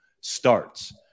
starts